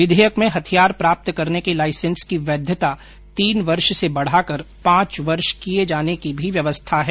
विघेयक में हथियार प्राप्त करने के लाइसेंस की वैघता तीन वर्ष से बढाकर पांच वर्ष किए जाने की भी व्यवस्था है